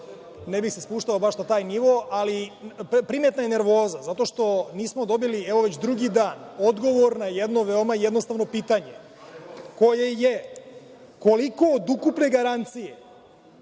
ne bih se spuštao baš na taj nivo, ali, primetna je nervoza, zato što već drugi dan nismo dobili odgovor na jedno veoma jednostavno pitanje koje je – koliko od ukupne garancije,